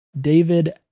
David